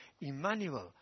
Emmanuel